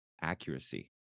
accuracy